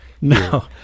No